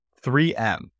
3M